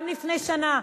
גם לפני שנה,